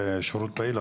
בשירות פעיל,